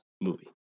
movie